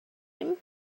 him